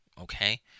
okay